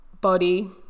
body